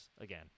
again